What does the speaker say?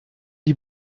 die